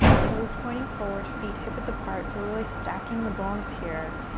toes pointing forward, feet hip-width apart, so really stacking the bones here,